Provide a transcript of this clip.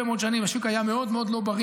מאוד שנים השוק היה מאוד מאוד לא בריא,